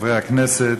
חברי הכנסת,